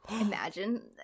Imagine